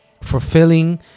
fulfilling